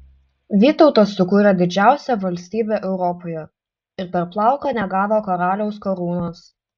vytautas sukūrė didžiausią valstybę europoje ir per plauką negavo karaliaus karūnos